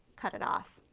cut it off.